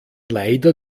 leider